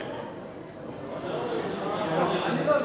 בבקשה,